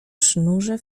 sznurze